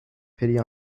pity